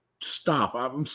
stop